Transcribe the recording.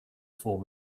form